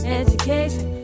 education